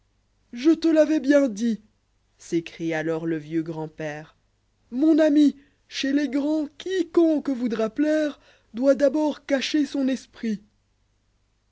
je le l'avois bien dit s'écrie alors le vieux grand-père mon ami chez les grands quiconque voudra plaire doit d'abord cacher son esprit